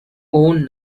own